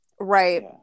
right